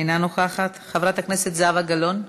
אינה נוכחת, חברת הכנסת זהבה גלאון,